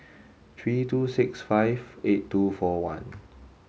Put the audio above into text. three two six five eight two four one